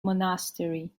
monastery